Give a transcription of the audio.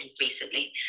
recently